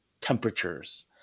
temperatures